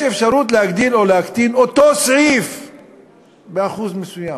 יש אפשרות להגדיל או להקטין את אותו סעיף באחוז מסוים.